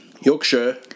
Yorkshire